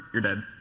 you're dead.